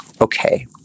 okay